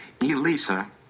Elisa